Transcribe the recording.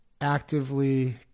actively